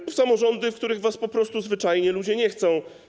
To są samorządy, w których was po prostu zwyczajnie ludzie nie chcą.